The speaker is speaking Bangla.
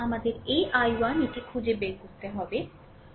আমাদের এই I1 এটি খুঁজে বের করতে হবে